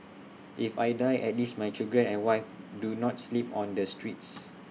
if I die at least my children and wife do not sleep on the streets